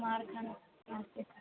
कुमारखण्ड नमस्ते सर